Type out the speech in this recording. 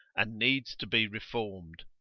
and needs to be reformed.